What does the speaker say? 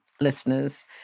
listeners